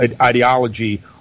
ideology